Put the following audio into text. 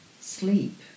sleep